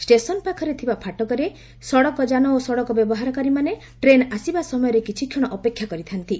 station ପାଖରେ ଥିବା ଫାଟକଠାରେ ସଡ଼କ ଯାନ ଓ ସଡ଼କ ବ୍ୟବହାରକାରୀମାନେ ଟ୍ରେନ୍ ଆସିବା ସମୟରେ କିଛିକ୍ଷଣ ଅପେକ୍ଷା କରିଥାନ୍ତି